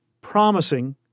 promising